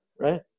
right